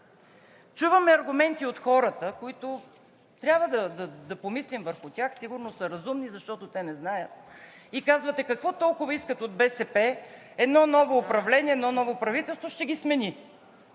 Чуваме аргументи от хората, върху които трябва да помислим – сигурно са разумни, защото те не знаят. И казвате: „Какво толкова искат от БСП – едно ново управление, едно ново правителство ще ги смени